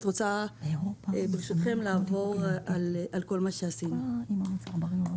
ברשותכם אני רוצה לעבור למצגת שהכנתי.